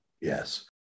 Yes